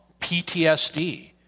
PTSD